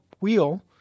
wheel